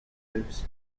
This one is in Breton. deus